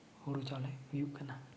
ᱦᱳᱲᱳ ᱪᱟᱣᱞᱮ ᱦᱩᱭᱩᱜ ᱠᱟᱱᱟ